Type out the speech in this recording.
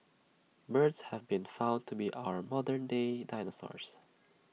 birds have been found to be our modern day dinosaurs